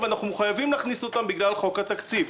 אבל אנחנו מחויבים להכניס אותן בגלל חוק התקציב.